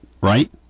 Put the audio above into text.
right